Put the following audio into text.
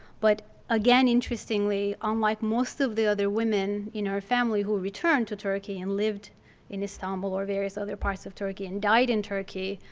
but again, interestingly, um like most of the other women in her family who returned to turkey and lived in istanbul or various other parts of turkey and died in turkey,